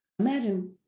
Imagine